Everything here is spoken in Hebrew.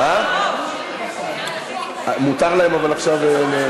מותר להם עכשיו?